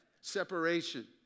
separation